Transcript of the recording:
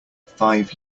five